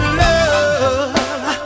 love